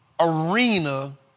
arena